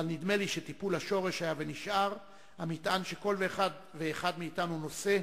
אבל נדמה שטיפול השורש היה ונשאר המטען שכל אחד ואחד מאתנו נושא,